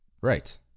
right